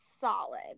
solid